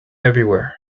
everywhere